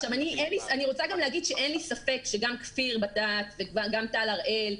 אני רוצה גם להגיד שאין לי ספק שגם כפיר בטט וגם טל הראל,